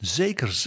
zeker